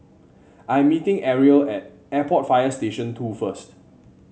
I am meeting Ariel at Airport Fire Station Two first